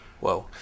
Whoa